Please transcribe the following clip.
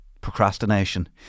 Procrastination